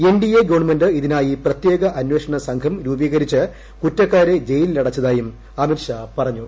NDA government ഇതിനായി ് പ്രത്യേക അന്വേഷണ സംഘം രൂപീകരിച്ച് കുറ്റക്കാരെ ജയിലിൽ അടച്ചതായും അമിത് ഷാ പറഞ്ഞു